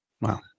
Wow